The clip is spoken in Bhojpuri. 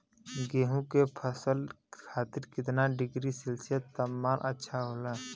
गेहूँ के फसल खातीर कितना डिग्री सेल्सीयस तापमान अच्छा होला?